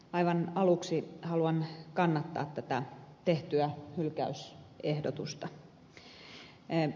aivan aluksi haluan kannattaa tätä tehtyä hylkäysehdotusta